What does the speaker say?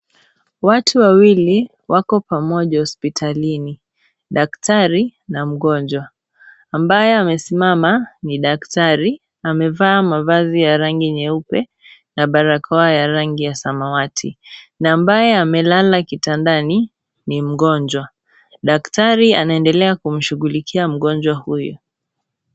Watu wawili wako pamoja hospitalini, daktari na mgonjwa, ambaye amesimama ni daktari na amevaa mavazi ya rangi nyeupe na barakoa ya rangi ya samawati na ambaye amelala kitandani ni mgonjwa, daktari anaendelea kumshughulikia mgonjwa huyu.